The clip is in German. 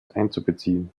einzubeziehen